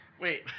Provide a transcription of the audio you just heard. wait